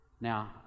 Now